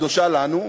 הקדושה לנו,